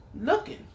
looking